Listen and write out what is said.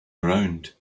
around